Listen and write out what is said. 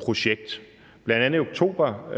projekt. Bl.a. i oktober